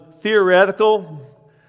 theoretical